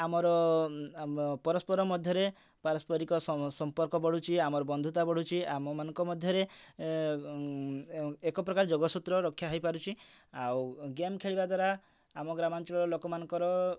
ଆମର ପରସ୍ପର ମଧ୍ୟରେ ପାରସ୍ପରିକ ସମ୍ପର୍କ ବଢ଼ୁଛି ଆମର ବନ୍ଧୁତା ବଢ଼ୁଛି ଆମ ମାନଙ୍କ ମଧ୍ୟରେ ଏକ ପ୍ରକାର ଯୋଗ ସୂତ୍ର ରକ୍ଷା ହେଇପାରୁଛି ଆଉ ଗେମ୍ ଖେଳିବା ଦ୍ୱାରା ଆମ ଗ୍ରାମାଞ୍ଚଳ ଲୋକମାନଙ୍କର